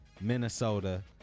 Minnesota